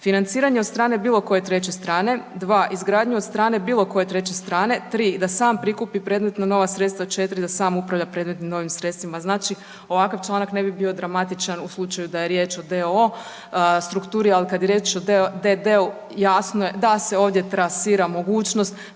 financiranje od strane bilo koje treće strane, dva izgradnju od strane bilo koje treće strane, tri da sam prikupi predmetna nova sredstva, četiri da sam upravlja predmetnim novim sredstvima. Znači ovakav članak ne bi bio dramatičan u slučaju da je riječ o d.o.o. strukturi, ali kad je riječ o d.d. jasno je da se ovdje trasira mogućnost